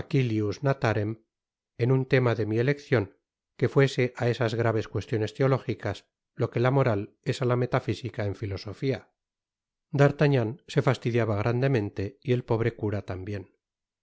en un lema de mi eleccion que fuese á esas graves cuestiones teológicas lo que la moral es á la metafísica en filosofía d'artagnan se fastidiaba grandemente y el pobre cura tambien